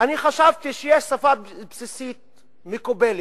אני חשבתי שיש שפה בסיסית מקובלת,